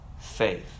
faith